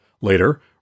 Later